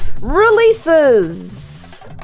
Releases